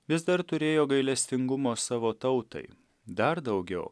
vis dar turėjo gailestingumo savo tautai dar daugiau